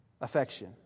affection